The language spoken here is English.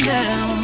now